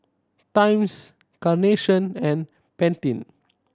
Times Carnation and Pantene